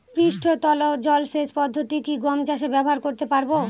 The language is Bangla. পৃষ্ঠতল জলসেচ পদ্ধতি কি গম চাষে ব্যবহার করতে পারব?